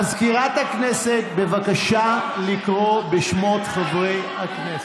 מזכירת הכנסת, בבקשה לקרוא בשמות חברי הכנסת.